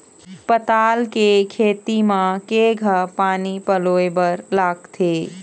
पताल के खेती म केघा पानी पलोए बर लागथे?